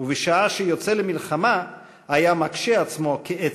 ובשעה שיוצא למלחמה היה מקשה עצמו כעץ".